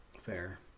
Fair